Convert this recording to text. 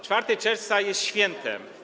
4 czerwca jest świętem.